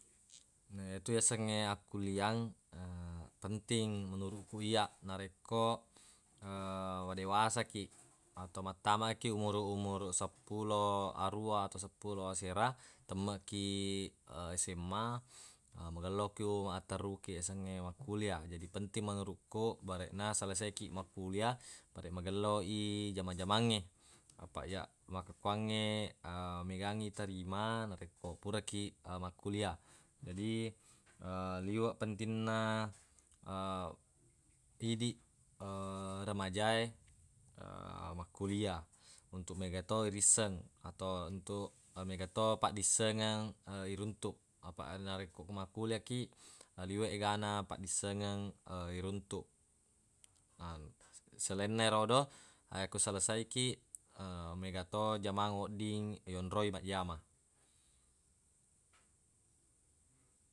Na yetu yasengnge akkuliang penting menuruq kuq iyya narekko madewasa kiq atau mattamakiq umuruq-umuruq seppulo aruwa atau seppulo asera temmeq ki SMA magellokiq matterru yasengnge makkulia. Jadi penting menuruq kuq bareq na selesaikiq makkulia bareq magelloi jama-jamangnge, apaq ya makkokkuangnge megangngi itarima narekko purakiq makkulia. Jadi liweq pentinna idiq remajae makkulia untuq mega to irisseng atau untuq mega to paddissengeng iruntuq, apaq narekko makkulia kiq aliweq egana paddissengeng iruntuq. Na selainna erodo akko selesaikiq mega to jamang wedding yonroi majjama.